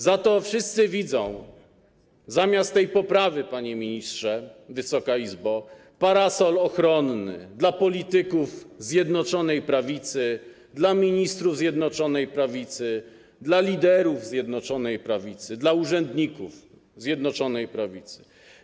Za to wszyscy widzą zamiast tej poprawy, panie ministrze, Wysoka Izbo, parasol ochronny dla polityków Zjednoczonej Prawicy, dla ministrów Zjednoczonej Prawicy, dla liderów Zjednoczonej Prawicy, dla urzędników Zjednoczonej Prawicy.